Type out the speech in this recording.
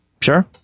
Sure